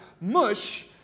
mush